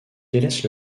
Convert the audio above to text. délaisse